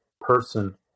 person